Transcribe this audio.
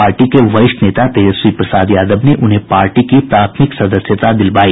party के वरिष्ठ नेता तेजस्वी प्रसाद यादव ने उन्हें पार्टी की प्राथमिक सदस्यता दिलवाई